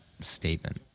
statement